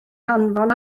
hanfon